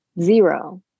Zero